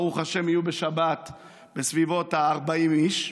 ברוך השם, יהיו בשבת בסביבות 40 איש.